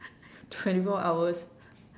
twenty four hours